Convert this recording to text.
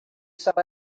sarra